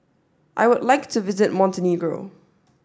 I would like to visit Montenegro